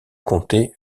comté